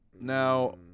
now